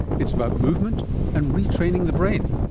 it's about movement and retraining the brain.